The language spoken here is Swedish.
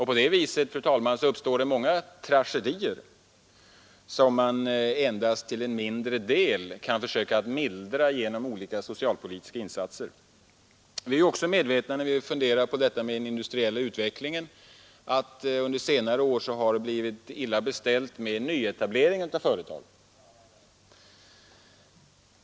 På det viset, fru talman, uppstår det många tragedier, som man endast till en mindre del kan försöka mildra genom olika socialpolitiska insatser. När vi funderar över den industriella utvecklingen är vi också medvetna om att det under senare år har blivit dåligt beställt med nyetableringen av företag.